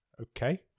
Okay